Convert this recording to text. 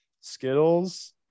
Skittles